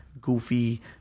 goofy